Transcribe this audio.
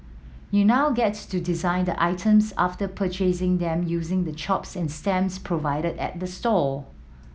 you now get to design the items after purchasing them using the chops and stamps provided at the store